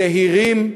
זהירים,